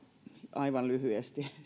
aivan lyhyesti